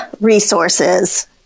resources